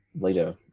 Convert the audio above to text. later